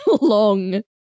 long